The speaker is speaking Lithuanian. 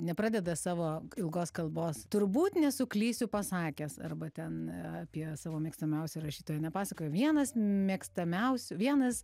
nepradeda savo ilgos kalbos turbūt nesuklysiu pasakęs arba ten apie savo mėgstamiausią rašytoją nepasakojau vienas mėgstamiausių vienas